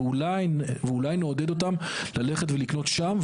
ואולי נעודד אותם ללכת ולקנות שם,